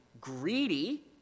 greedy